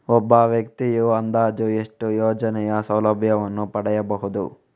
ಒಬ್ಬ ವ್ಯಕ್ತಿಯು ಅಂದಾಜು ಎಷ್ಟು ಯೋಜನೆಯ ಸೌಲಭ್ಯವನ್ನು ಪಡೆಯಬಹುದು?